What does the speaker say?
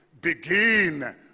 Begin